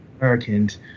americans